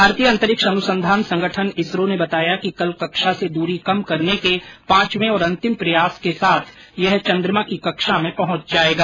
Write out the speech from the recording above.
भारतीय अंतरिक्ष अनुसंधान संगठन इसरो ने बताया कि कल कक्षा से द्री कम करने के पांचवें और अंतिम प्रयास के साथ यह चन्द्रमा की कक्षा में पहुंच जाएगा